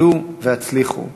עלו והצליחו.